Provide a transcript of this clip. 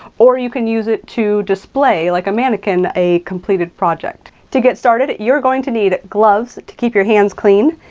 or you can use it to display, like a mannequin, a completed project. to get started, you're going to need gloves to keep your hands clean,